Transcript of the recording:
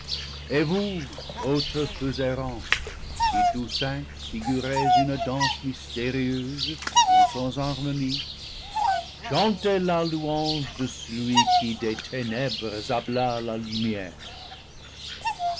et vous autres feux errants qui tous cinq figurez une danse mystérieuse non sans harmonie chantez la louange de celui qui des ténèbres appela la lumière